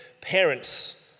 parents